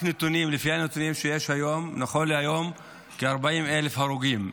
לפי הנתונים היום, נכון להיום יש כ-40,000 הרוגים,